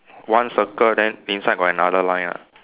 one circle then inside got another line ah